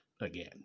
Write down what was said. again